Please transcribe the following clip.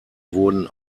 wurden